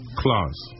clause